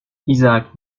isaac